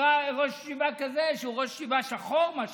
ראש ישיבה כזה שהוא ראש ישיבה שחור, מה שנקרא,